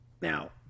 Now